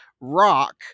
rock